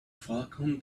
falcon